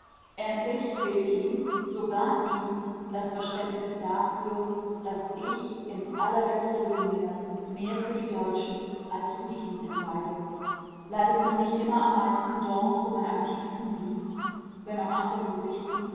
endlich fehlt ihm sogar ihm das verständnis dafür daß ich in allerletzter linie mehr für die deutschen als für die juden leide leidet man nicht immer am meisten dort wo man am tiefsten liebt wenn auch am vergeblichsten